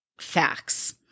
facts